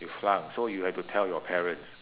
you flunk so you had to tell your parents